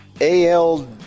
AL